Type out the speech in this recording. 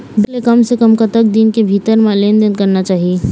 Bank ले कम से कम कतक दिन के भीतर मा लेन देन करना चाही?